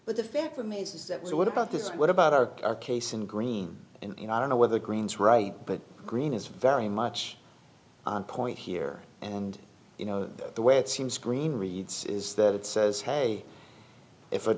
but the fact remains is that what about this what about our case in green and you know i don't know whether green's right but green is very much on point here and you know the way it seems green reads is that it says hey if a